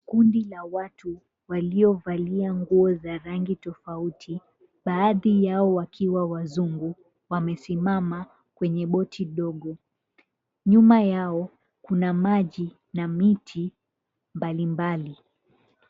Kundi la watu waliovalia nguo za rangi tofauti, baadhi yao wakiwa wazungu, wamesimama kwenye boti dogo. Nyuma yao kuna maji na miti mbali mbali.